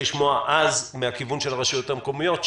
לשמוע מהכיוון של הרשויות המקומיות.